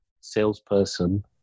salesperson